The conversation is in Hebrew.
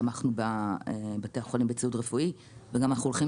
תמכנו בבתי החולים בציוד רפואי ואנחנו גם הולכים